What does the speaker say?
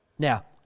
Now